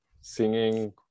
singing